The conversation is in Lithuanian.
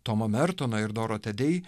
tomą mertoną ir dorotę dei